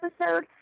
episode